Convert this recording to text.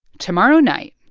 tomorrow night,